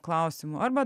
klausimu arba